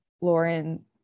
Lauren